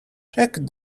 check